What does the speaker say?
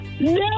No